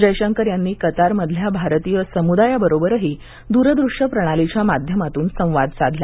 जयशंकर यांनी कतारमधल्या भारतीय समुदायाबरोबरही दूर दृश्य प्रणालीच्या माध्यमातून संवाद साधला